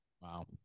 Wow